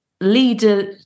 leader